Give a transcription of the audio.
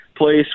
place